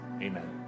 Amen